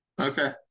Okay